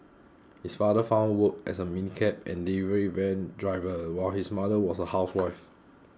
his father found work as a minicab and delivery van driver while his mother was a housewife